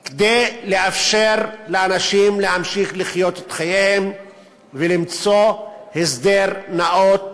כדי לאפשר לאנשים להמשיך לחיות את חייהם ולמצוא הסדר נאות